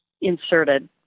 inserted